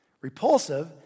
Repulsive